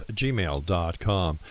gmail.com